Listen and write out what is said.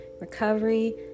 recovery